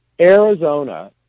Arizona